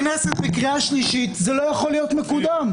הכנסת בקריאה שלישית זה לא יכול להיות מקודם.